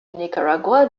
nicaragua